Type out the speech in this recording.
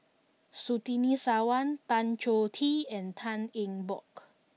Surtini Sarwan Tan Choh Tee and Tan Eng Bock